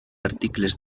articles